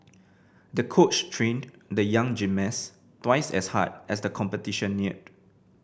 the coach trained the young gymnast twice as hard as the competition neared